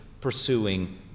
pursuing